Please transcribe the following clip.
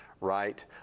right